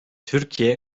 türkiye